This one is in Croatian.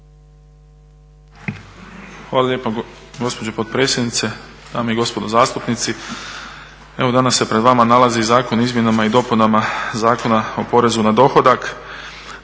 Hvala lijepo gospođo potpredsjednice. Dame i gospodo zastupnici, evo danas se pred vama nalazi Zakon o izmjenama i dopunama Zakona o porezu na dohodak.